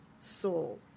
soul